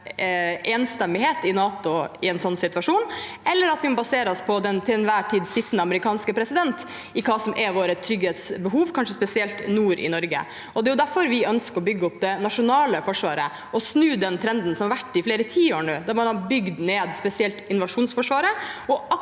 enstemmighet i NATO i en sånn situasjon – eller at vi må basere oss på den til enhver tid sittende amerikanske president når det gjelder hva som er våre trygghetsbehov, kanskje spesielt nord i Norge. Det er derfor vi ønsker å bygge opp det nasjonale forsvaret og snu den trenden som har vært i flere tiår nå, der man har bygd ned spesielt invasjonsforsvaret. Når